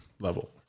level